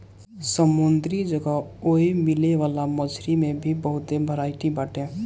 समुंदरी जगह ओए मिले वाला मछरी में भी बहुते बरायटी बाटे